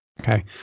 Okay